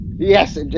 Yes